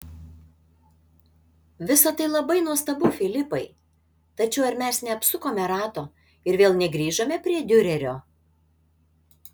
visa tai labai nuostabu filipai tačiau ar mes neapsukome rato ir vėl negrįžome prie diurerio